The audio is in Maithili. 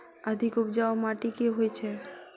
अधिक उपजाउ माटि केँ होइ छै?